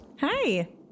Hi